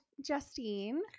Justine